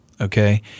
okay